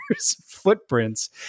footprints